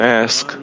ask